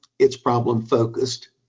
it's problem-focused.